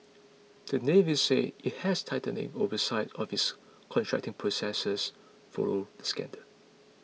the Navy said it has tightened in oversight of its contracting processes following the scandal